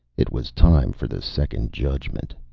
it was time for the second judgment.